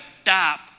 stop